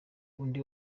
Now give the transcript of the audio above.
undi